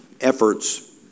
efforts